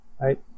right